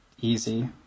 easy